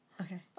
Okay